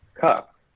cup